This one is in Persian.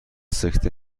سکته